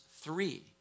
Three